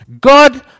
God